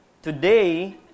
Today